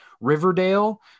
Riverdale